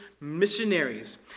missionaries